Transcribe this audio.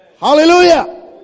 Hallelujah